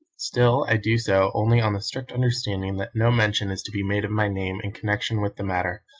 still i do so only on the strict understanding that no mention is to be made of my name in connexion with the matter,